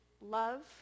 love